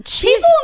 people